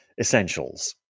essentials